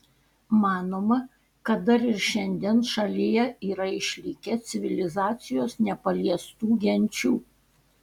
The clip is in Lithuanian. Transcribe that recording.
manoma kad dar ir šiandien šalyje yra išlikę civilizacijos nepaliestų genčių